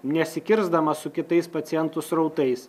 nesikirsdamas su kitais pacientų srautais